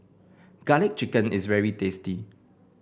garlic chicken is very tasty